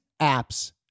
apps